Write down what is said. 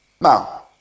Now